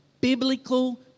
biblical